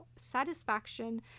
satisfaction